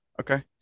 Okay